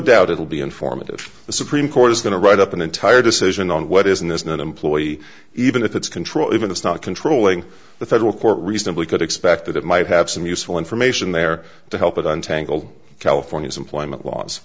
doubt it will be informative the supreme court is going to write up an entire decision on what is and isn't an employee even if it's control even if not controlling the federal court reasonably could expect that it might have some useful information there to help it untangle california's employment laws